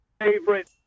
favorite